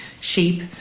sheep